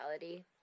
reality